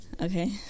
okay